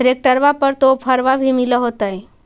ट्रैक्टरबा पर तो ओफ्फरबा भी मिल होतै?